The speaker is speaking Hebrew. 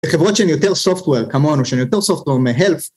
חברות שהן יותר Software כמונו, שהן יותר Software מ-Health